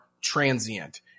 transient